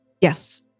Yes